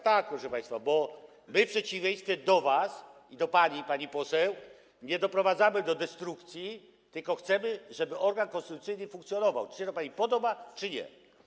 Tak, proszę państwa, ale my w przeciwieństwie do was i do pani, pani poseł, nie doprowadzamy do destrukcji, tylko chcemy, żeby organ konstytucyjny funkcjonował - czy to się pani podoba, czy nie.